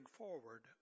forward